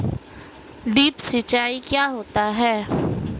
Drip सिंचाई क्या होती हैं?